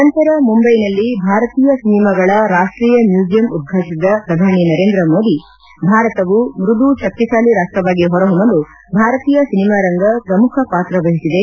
ನಂತರ ಮುಂದ್ಲೆನಲ್ಲಿ ಭಾರತೀಯ ಸಿನಿಮಾಗಳ ರಾಷ್ಷೀಯ ಮ್ಲೂಸಿಯಂ ಉದ್ವಾಟಿಸಿದ ಪ್ರಧಾನಿ ನರೇಂದ್ರ ಮೋದಿ ಭಾರತವು ಮೃದು ಶಕ್ತಿಶಾಲಿ ರಾಷ್ಟವಾಗಿ ಹೊರಹೊಮ್ನಲು ಭಾರತೀಯ ಸಿನಿಮಾ ರಂಗ ಪ್ರಮುಖ ಪಾತ್ರವಹಿಸಿದೆ